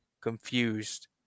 confused